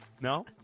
No